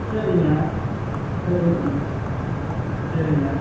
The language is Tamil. சரிங்க சரிங்க சரிங்க